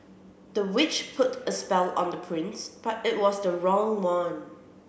the witch put a spell on the prince but it was the wrong one